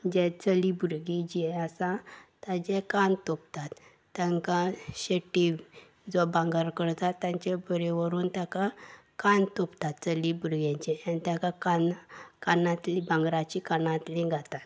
जे चली भुरगीं जें आसा ताचें कान तोपतात तांकां शेटी जो भांगर करता तांचे बरें व्हरून ताका कान तोपतात चली भुरग्यांचे आनी ताका कान कानांतलीं भांगराची कानांतली घालतात